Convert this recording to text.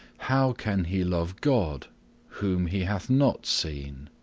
how can he love god whom he hath not seen?